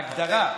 בהגדרה.